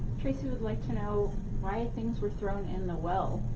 tracy would like to know why things were thrown in the well.